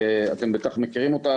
אתם בטח מכירים אותה,